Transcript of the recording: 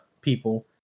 people